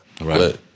Right